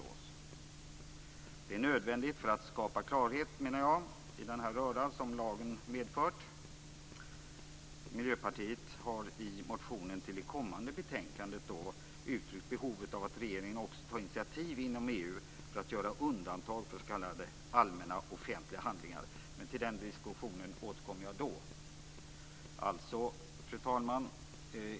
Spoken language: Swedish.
Jag menar att det är nödvändigt för att skapa klarhet i den röra som lagen medfört. Miljöpartiet har i motioner till det kommande betänkandet uttryckt behovet av att regeringen tar initiativ inom EU för att göra undantag för s.k. allmänna offentliga handlingar. Jag återkommer till den diskussionen då. Fru talman!